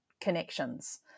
connections